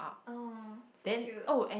oh so cute